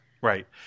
Right